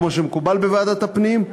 כמו שמקובל בוועדת הפנים,